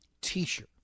t-shirt